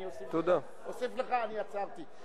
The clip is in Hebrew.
אני אוסיף לך, אני עצרתי.